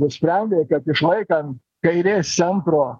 nusprendė kad išlaikant kairės centro